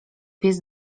pies